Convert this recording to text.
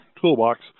toolbox